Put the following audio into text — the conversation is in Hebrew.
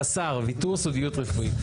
וס"ר, ויתור סודיות רפואית.